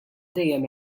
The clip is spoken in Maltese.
dejjem